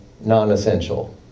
non-essential